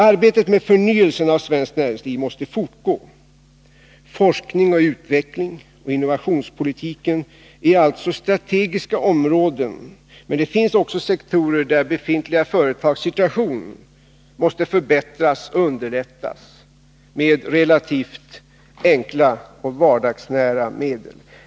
Arbetet med förnyelsen av svenskt näringsliv måste fortgå. Forskning och utveckling och innovationspolitiken är alltså strategiska områden, men det finns också sektorer där befintliga företags situation måste förbättras och underlättas med relativt enkla och vardagsnära medel.